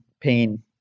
pain